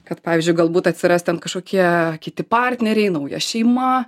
kad pavyzdžiui galbūt atsiras ten kažkokie kiti partneriai nauja šeima